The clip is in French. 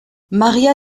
maria